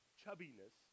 chubbiness